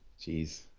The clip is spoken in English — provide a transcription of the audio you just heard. Jeez